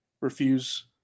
refuse